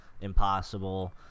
impossible